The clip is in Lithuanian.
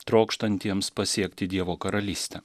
trokštantiems pasiekti dievo karalystę